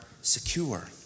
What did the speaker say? secure